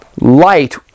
Light